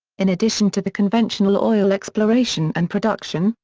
in addition to the conventional oil exploration and production,